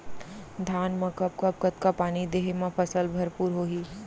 धान मा कब कब कतका पानी देहे मा फसल भरपूर होही?